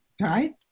right